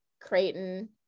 Creighton